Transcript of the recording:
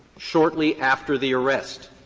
shortly after the arrest.